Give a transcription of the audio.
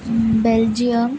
Belgium